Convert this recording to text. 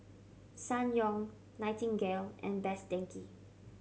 Ssangyong Nightingale and Best Denki